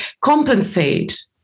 compensate